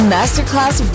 Masterclass